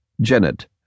Janet